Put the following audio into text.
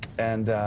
and